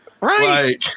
Right